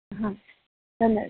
हा सम्यक्